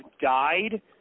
died